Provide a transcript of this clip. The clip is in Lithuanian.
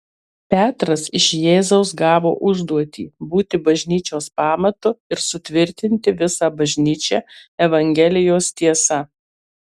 petras iš jėzaus gavo užduotį būti bažnyčios pamatu ir sutvirtinti visą bažnyčią evangelijos tiesa